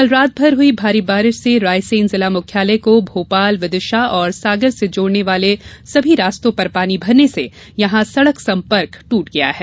कल रात भर हुई भारी बारिश से रायसेन जिला मुख्यालय को भोपाल विदिशा और सागर से जोड़ने वाले सभी रास्तों पर पानी भरने से यहां सड़क संपर्क ट्रट गया हैं